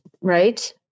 right